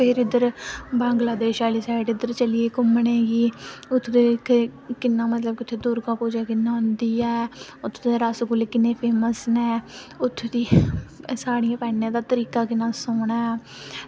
फिर इद्धर बंगलादेश आह्ली साईड इद्धर चली गे घुम्मनै ई उत्थें जेह्के ते उत्थें मतलब दुर्गा पूजा कि'यां होंदी ऐ उत्थें दे रसगुल्ले किन्ने फेमस न उत्थें दा साड़ी पहनने दा तरीका किन्ना सोह्ना ऐ